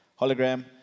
hologram